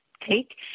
take